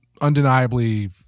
undeniably